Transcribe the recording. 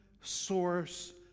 source